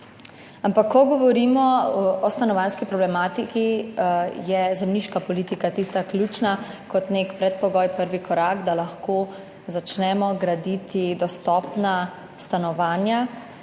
Ampak ko govorimo o stanovanjski problematiki, je ključna zemljiška politika kot nek predpogoj, prvi korak, da lahko začnemo graditi dostopna stanovanja